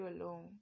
alone